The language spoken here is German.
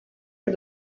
für